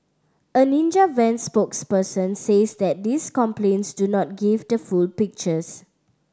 a Ninja Van spokesperson says that these complaints do not give the full pictures